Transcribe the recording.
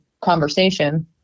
conversation